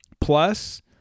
Plus